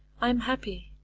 i am happy.